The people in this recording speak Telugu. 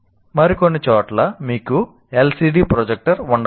మరికొన్ని చోట్ల మీకు LCD ప్రొజెక్టర్ ఉండవచ్చు